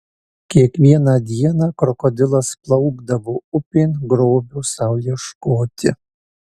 kiekvieną dieną krokodilas plaukdavo upėn grobio sau ieškoti